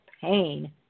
Pain